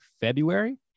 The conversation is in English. February